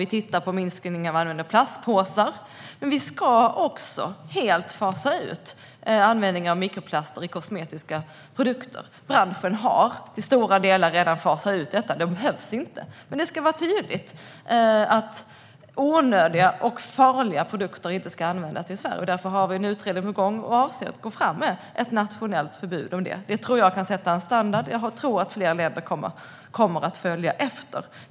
Vi tittar på en minskad användning av plastpåsar, och vi ska också helt fasa ut användningen av mikroplaster i kosmetiska produkter. Branschen har i stora delar redan fasat ut detta; det behövs inte. Det ska vara tydligt att onödiga och farliga produkter inte ska användas i Sverige, och därför har vi en utredning på gång och avser att gå fram med ett nationellt förbud. Det tror jag kan sätta en standard, och jag tror att fler länder kommer att följa efter.